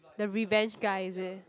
the revenge guy is it